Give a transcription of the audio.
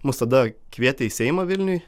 mus tada kvietė į seimą vilniuj